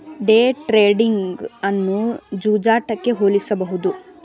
day trading ಅನ್ನು ಜೂಜಾಟಕ್ಕೆ ಹೋಲಿಸಬಹುದು